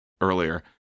earlier